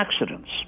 accidents